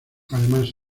además